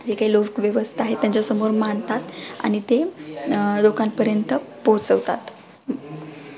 जे काही लोकव्यवस्था आहे त्यांच्यासमोर मांडतात आणि ते लोकांपर्यंत पोचवतात हं